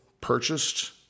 purchased